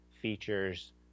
features